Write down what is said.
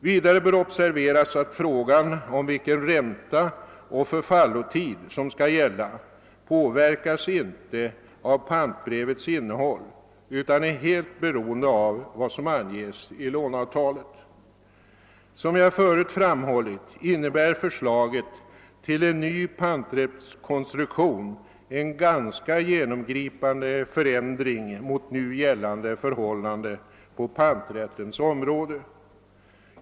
Vidare bör observeras att frågan om vilken ränta och förfallotid som skall gälla inte påverkas av pantbrevets innehåll utan är beroende av vad som anges i låneavtalet. Som jag har framhållit innebär förslaget om en ny panträttskonstruktion en ganska genomgripande förändring av gällande förhållanden på panträttens område.